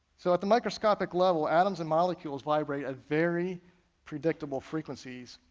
so at the microscopic level, atoms and molecules vibrate at very predictable frequencies.